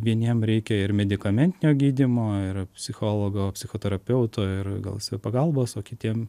vieniem reikia ir medikamentinio gydymo ir psichologo psichoterapeuto ir gal savipagalbos o kitiem